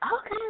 Okay